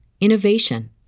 innovation